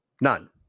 none